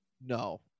No